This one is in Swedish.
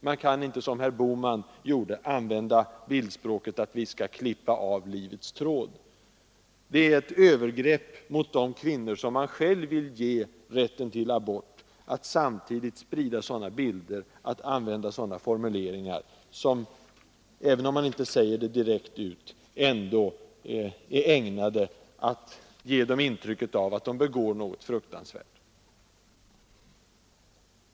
Man kan inte, som herr Bohman gjorde, använda bildspråket att en abort är att klippa av livets tråd. Det är ett övergrepp mot de kvinnor som man själv vill ge rätt till abort att samtidigt sprida sådana bilder, att använda sådana formuleringar som, även om man inte säger det direkt, är ägnade att ge dem intrycket att de begår någonting förfärligt.